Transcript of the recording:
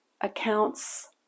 accounts